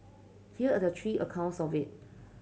here are the three accounts of it